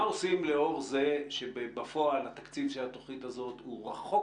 מה עושים לאור זה שבפועל התקציב של התוכנית הזאת הוא רחוק